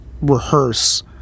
rehearse